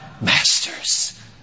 masters